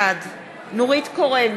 בעד נורית קורן,